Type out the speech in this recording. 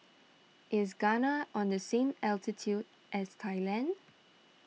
is Ghana on the same altitude as Thailand